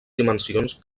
dimensions